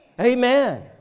Amen